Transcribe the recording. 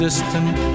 Distant